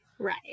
right